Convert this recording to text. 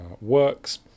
works